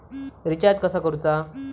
Recharge कसा करूचा?